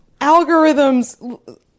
algorithms